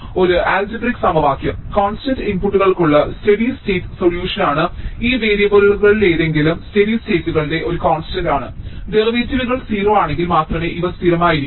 ഒരു അൽജിബ്രൈക് സമവാക്യം കോൺസ്റ്റന്റ് ഇൻപുട്ടുകൾക്കുള്ള സ്റ്റേഡി സ്റ്റേറ്റ് സൊല്യൂഷനാണ് ഈ വേരിയബിളുകളിലേതെങ്കിലും സ്റ്റേഡി സ്റ്റേറ്റുകളും ഒരു കോൺസ്റ്റന്റാണ് ഡെറിവേറ്റീവുകൾ 0 ആണെങ്കിൽ മാത്രമേ ഇവ സ്ഥിരമായിരിക്കൂ